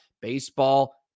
baseball